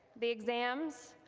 the exams,